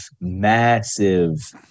massive